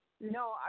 No